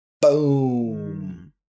Boom